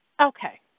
Okay